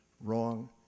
Wrong